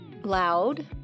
loud